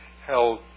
held